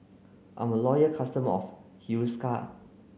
I'm loyal customer of Hiruscar